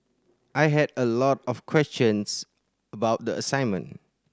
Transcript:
I had a lot of questions about the assignment